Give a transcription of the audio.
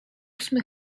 ósmy